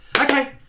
Okay